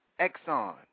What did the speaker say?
Exxon